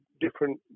different